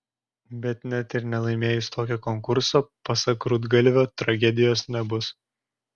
bet net ir nelaimėjus tokio konkurso pasak rudgalvio tragedijos nebus